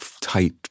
tight